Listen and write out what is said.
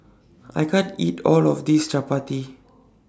I can't eat All of This Chapati